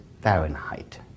Fahrenheit